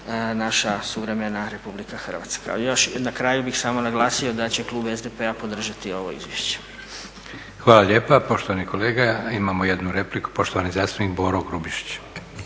naša suvremena Republika Hrvatska. I još i na kraju bih samo naglasio da će klub SDP-a podržati ovo izvješće. **Leko, Josip (SDP)** Hvala lijepa, poštovani kolega. Imamo jednu repliku. Poštovani zastupnik Boro Grubišić.